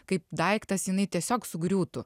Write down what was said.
kaip daiktas jinai tiesiog sugriūtų